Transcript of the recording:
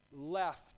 left